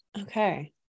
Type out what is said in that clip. Okay